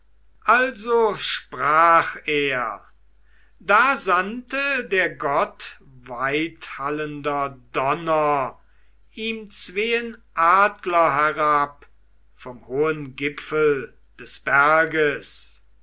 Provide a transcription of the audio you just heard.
also sprach er da sandte der gott weithallender donner ihm zween adler herab vom hohen gipfel des berges